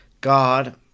God